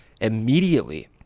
immediately